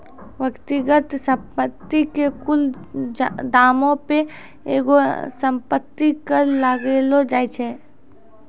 व्यक्तिगत संपत्ति के कुल दामो पे एगो संपत्ति कर लगैलो जाय छै